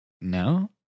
no